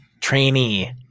Trainee